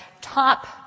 top